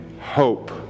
hope